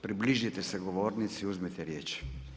približite se govornici, uzmite riječ.